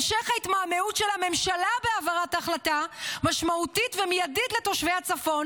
המשך ההתמהמהות של הממשלה בהעברת החלטה משמעותית ומיידית לתושבי הצפון